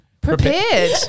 prepared